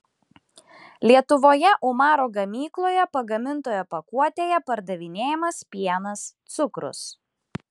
lietuvoje umaro gamykloje pagamintoje pakuotėje pardavinėjamas pienas cukrus